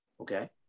okay